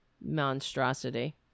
monstrosity